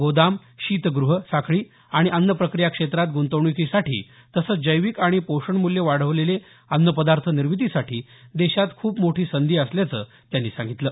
गोदाम शीतग्रह साखळी आणि अन्नप्रक्रिया क्षेत्रात ग्ंतवण्कीसाठी तसंच जैविक आणि पोषणमूल्य वाढवलेले अन्नपदार्थ निर्मितीसाठी देशात खूप मोठी संधी असल्याचं त्यांनी सांगितलं